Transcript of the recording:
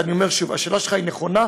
ואני אומר שוב: השאלה שלך נכונה,